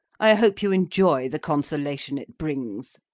i hope you enjoy the consolation it brings.